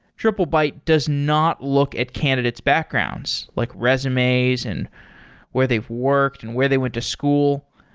triplebyte does not look at candidate's backgrounds, like resumes and where they've worked and where they went to school.